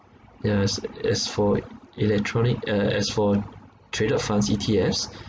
yeah as as for electronic uh as for traded funds E_T_Fs